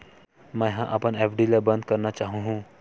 मेंहा अपन एफ.डी ला बंद करना चाहहु